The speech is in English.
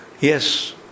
yes